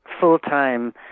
full-time